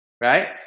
Right